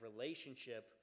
relationship